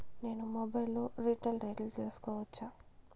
నేను మొబైల్ లో రీటైల్ రేట్లు తెలుసుకోవచ్చా?